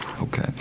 Okay